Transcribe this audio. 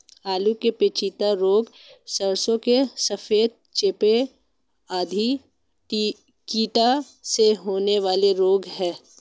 आलू का पछेता रोग, सरसों का सफेद चेपा आदि कीटों से होने वाले रोग हैं